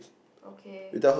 okay